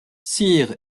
cyr